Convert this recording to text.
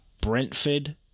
Brentford